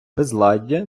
безладдя